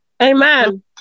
Amen